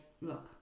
look